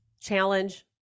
challenge